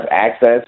access